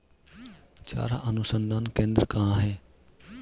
चारा अनुसंधान केंद्र कहाँ है?